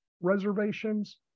reservations